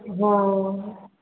हँ